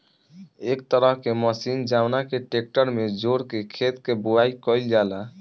एक तरह के मशीन जवना के ट्रेक्टर में जोड़ के खेत के बोआई कईल जाला